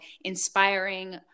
inspiring